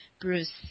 Bruce